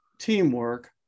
teamwork